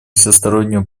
всестороннюю